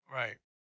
Right